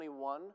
21